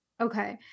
Okay